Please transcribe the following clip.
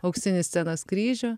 auksinį scenos kryžių